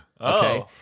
Okay